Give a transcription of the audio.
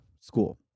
school